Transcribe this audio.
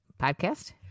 podcast